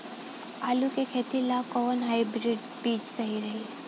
आलू के खेती ला कोवन हाइब्रिड बीज सही रही?